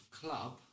club